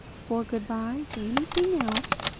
for goodbys or anything else,